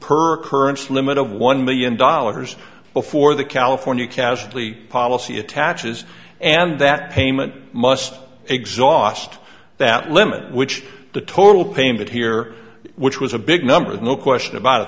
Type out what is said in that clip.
per current's limit of one million dollars before the california casually policy attaches and that payment must exhaust that limit which the total payment here which was a big number with no question about it